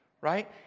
Right